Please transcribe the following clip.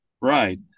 right